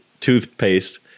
toothpaste